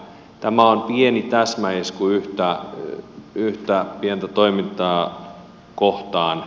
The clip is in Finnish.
tämä on pieni täsmäisku yhtä pientä toimintaa kohtaan